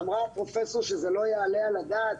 אמרה הפרופסור שזה לא יעלה על הדעת,